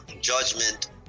judgment